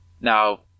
Now